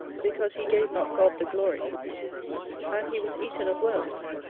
because he gave not god the glory and he was eaten of worms,